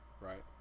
Right